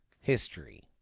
history